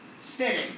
Spitting